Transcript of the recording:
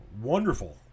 wonderful